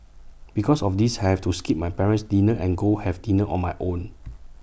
because of this I have to skip my parent's dinner and go have dinner on my own